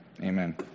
Amen